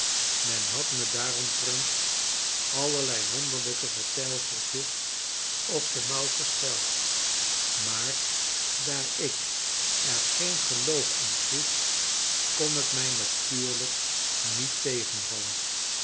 men had me daaromtrent allerlei wonderlijke vertelseltjes op de mouw gespeld maar daar ik er geen geloof aan sloeg kon t mij natuurlijk niet tegenvallen